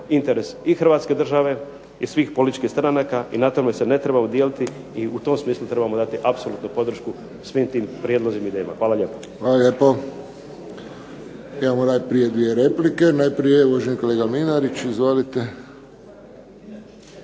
interes i Hrvatske države i svih političkih stranaka i na tome se ne trebamo dijeliti u tom smislu trebamo dati podršku svim tim prijedlozima i idejama. Hvala lijepo. **Friščić, Josip (HSS)** Hvala lijepo. Imamo najprije dvije replike, uvaženi kolega Mlinarić. Izvolite.